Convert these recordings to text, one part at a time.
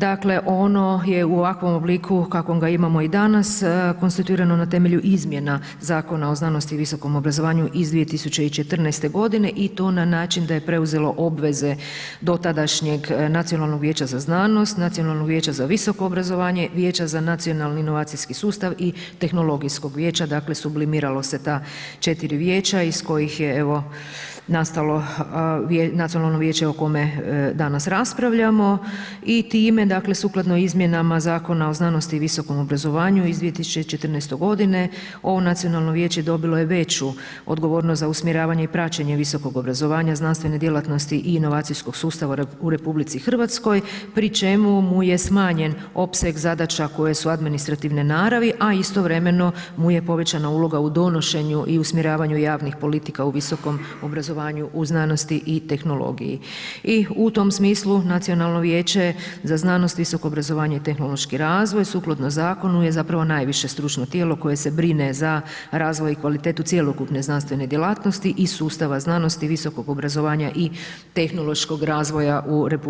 Dakle, ono je u ovakvom obliku u kakvom ga imamo i danas konstituirano na temelju izmjena Zakona o znanosti i visokom obrazovanju iz 2014.g. i to na način da je preuzelo obveze dotadašnjeg Nacionalnog vijeća za znanost, Nacionalnog vijeća za visoko obrazovanje, Vijeća za nacionalni i inovacijski sustav i tehnologijskog vijeća, dakle sublimiralo se ta 4 vijeća iz kojih je evo nastalo nacionalno vijeće o kome danas raspravljamo i time dakle sukladno izmjenama Zakona o znanosti i visokom obrazovanju iz 2014.g. ovo nacionalno vijeće dobilo je veću odgovornost za usmjeravanje i praćenje visokog obrazovanja, znanstvene djelatnosti i inovacijskog sustava u RH pri čemu mu je smanjen opseg zadaća koje su administrativne naravi, a istovremeno mu je povećana uloga u donošenju i usmjeravanju javnih politika u visokom obrazovanju u znanosti i tehnologiji i u tom smislu Nacionalno vijeće za znanost, visoko obrazovanje i tehnološki razvoj sukladno zakonu je zapravo najviše stručno tijelo koje se brine za razvoj i kvalitetu cjelokupne znanstvene djelatnosti iz sustava znanosti i visokog obrazovanja i tehnološkog razvoja u RH,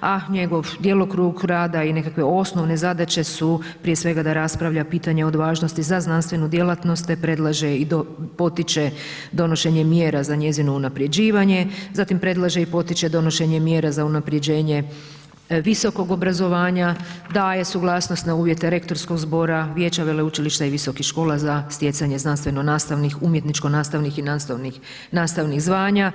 a njegov djelokrug rada i nekakve osnovne zadaće su prije svega da raspravlja pitanja od važnosti za znanstvenu djelatnost, te predlaže i potiče donošenje mjera za njezino unaprjeđivanje, zatim predlaže i potiče donošenje mjera za unaprjeđenje visokog obrazovanja, daje suglasnost na uvjete rektorskog zbora, vijeća, veleučilišta i visokih škola za stjecanje znanstveno nastavnih, umjetničko nastavnih i nastavnih zvanja.